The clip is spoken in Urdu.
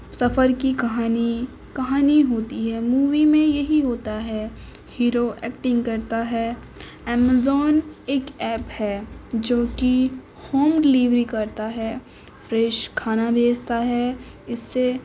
سفر کی کہانی کہانی ہوتی ہے مووی میں یہی ہوتا ہے ہیرو ایکٹنگ کرتا ہے امیزون ایک ایپ ہے جوکہ ہوم ڈیلیوری کرتا ہے فریش کھانا بھیجتا ہے اس سے